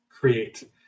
create